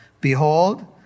Behold